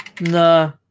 No